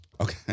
Okay